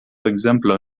ekzemplo